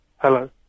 Hello